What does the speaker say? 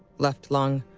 left lung,